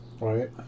right